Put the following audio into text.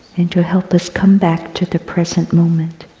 and to help us come back to the present moment.